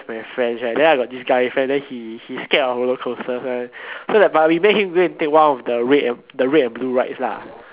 with my friends right then I got this guy friend then he he scared of roller coasters one but we make him go take one of the red the red and blue rides lah